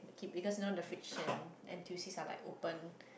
because you know the fridges in n_t_u_c are like open